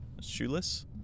Shoeless